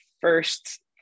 first